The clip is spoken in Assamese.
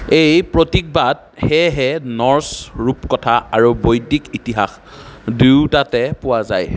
এই প্ৰতীকবাদ সেয়েহে নৰ্ছ ৰূপকথা আৰু বৈদিক ইতিহাস দুয়োটাতে পোৱা যায়